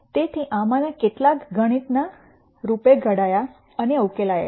તેથી આમાંના કેટલાક ગણિતના રૂપે ઘડ્યા અને ઉકેલાયા છે